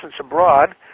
Abroad